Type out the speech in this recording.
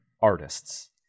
artists